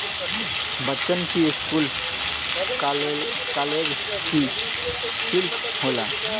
बच्चन की school college की सिल्क होला